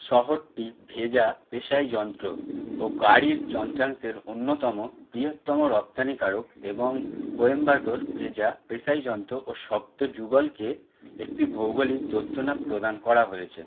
শহরটি ভেজা পেশাই যন্ত্র ও গাড়ির যন্ত্রাংশের অন্যতম বৃহত্তম রপ্তানিকারক এবং কোয়েম্বাটোর ভেজা পেশাই যন্ত্র ও শব্দযুগলকে একটি ভৌগোলিক দ্যোতনা প্রদান করা হয়েছে